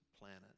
planet